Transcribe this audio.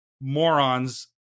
morons